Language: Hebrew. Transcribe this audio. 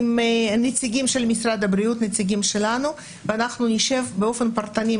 עם נציגים של משרד הבריאות ונציגים שלנו ואנחנו נשב באופן פרטני,